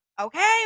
Okay